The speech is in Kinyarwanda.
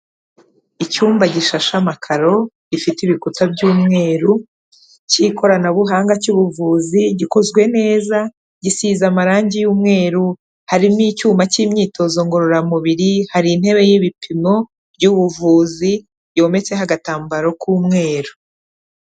Icyumba gishashe makaro, gifite ibikuta by'umweru k'ikoranabuhanga, cy'ubuvuzi, gikozwe neza, gisize amarangi y'umweru, harimo icyuma k'imyitozo ngororamubiri, hari intebe y'ibipimo by'ubuvuzi, yometseho agatambaro k'umweru.